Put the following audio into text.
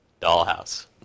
dollhouse